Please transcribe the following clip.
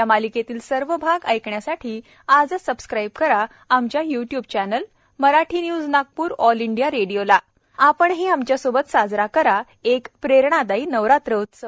या मालिकेतील सर्व भाग ऐकण्यासाठी आजच सबस्क्राईब करा आमच्या YouTube channel Marathi news Nagpur all India radio ला आपणही आमच्या सोबत साजरा करा एक प्रेरणादायी नवरात्र उत्सव